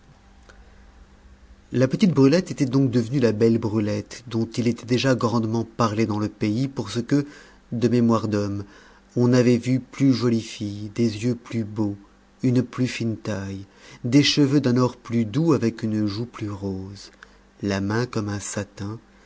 la petite brulette était donc devenue la belle brulette dont il était déjà grandement parlé dans le pays pour ce que de mémoire d'homme on n'avait vu plus jolie fille des yeux plus beaux une plus fine taille des cheveux d'un or plus doux avec une joue plus rose la main comme un satin